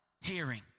Hearing